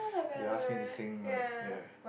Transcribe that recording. they ask me to sing like ya